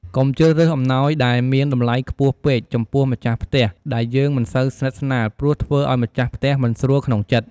កុំជ្រើសរើសអំណោយដែលមានតម្លៃខ្ពស់ពេកចំពោះម្ចាស់ផ្ទះដែលយើងមិនសូវស្និតស្នាលព្រោះធ្វើឲ្យម្ចាស់ ផ្ទះមិនស្រួលក្នុងចិត្ត។